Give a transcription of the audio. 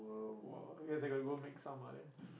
!wah! I guess I gotta go make some of that